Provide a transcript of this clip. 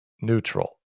neutral